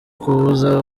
kubuza